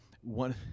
one